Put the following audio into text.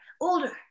older